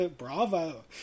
bravo